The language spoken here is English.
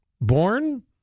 Born